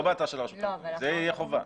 לא באתר של הרשות המקומית זאת תהיה חובה.